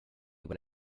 when